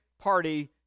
party